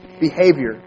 behavior